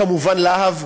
כמובן "להב",